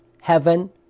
heaven